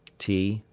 tea,